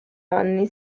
anni